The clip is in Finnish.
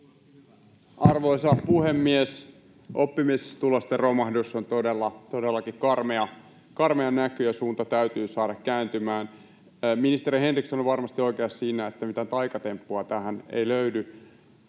Arvoisa puhemies! Oppimistulosten romahdus on todellakin karmea näky, ja suunta täytyy saada kääntymään. Ministeri Henriksson on varmasti oikeassa siinä, että mitään taikatemppua tähän ei löydy.